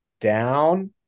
down